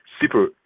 super